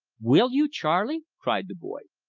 will you, charley? cried the boy.